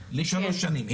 שעה לשלוש שנים.